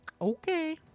Okay